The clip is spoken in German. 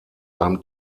einem